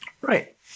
Right